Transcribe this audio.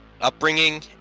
upbringing